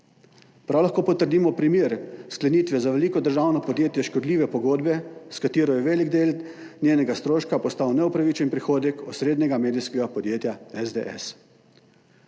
tako lahko potrdimo primer sklenitve za veliko državno podjetje škodljive pogodbe, s katero je velik del njenega stroška postal neupravičen prihodek osrednjega medijskega podjetja SDS.